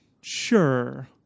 sure